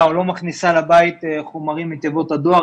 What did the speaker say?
או לא מכניסה לבית חומרים מתיבות הדואר,